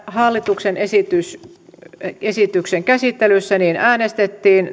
hallituksen esityksen käsittelyssä äänestettiin